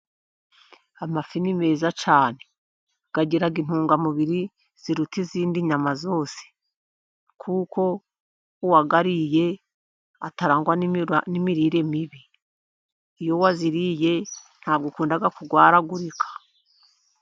Amafi ni meza cyane agira intungamubiri ziruta izindi nyama zose kuko uwayariye atarangwa n'imirire mibi, iyo wayariye ntabwo ukunda kurwaragurika.